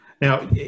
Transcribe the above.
Now